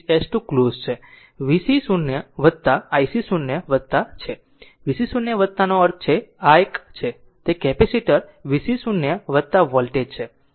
vc 0 ic 0 છે vc 0 અર્થ છે આ આ એક સંદર્ભ સમય 2553 તે કેપેસિટર vc 0 વોલ્ટેજ છે